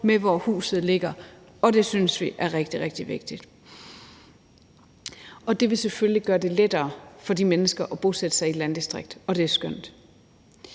hvor huset ligger. Det synes vi er rigtig, rigtig vigtigt. Det vil selvfølgelig gøre det lettere for de mennesker at bosætte sig i et landdistrikt, og det er skønt.